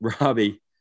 Robbie